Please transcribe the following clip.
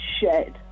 shed